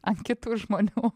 ant kitų žmonių